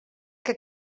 que